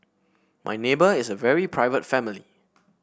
my neighbour is a very private family